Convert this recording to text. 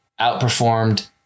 outperformed